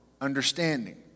understanding